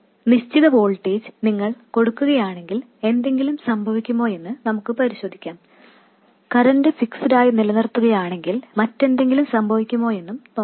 നിശ്ചിത വോൾട്ടേജ് നിങ്ങൾ കൊടുക്കുകയാണെങ്കിൽ എന്തെങ്കിലും സംഭവിക്കുമോയെന്ന് നമുക്ക് പരിശോധിക്കാം കറന്റ് ഫിക്സ്ഡ് ആയി നിലനിർത്തുകയാണെങ്കിൽ മറ്റെന്തെങ്കിലും സംഭവിക്കുമോയെന്നും നോക്കാം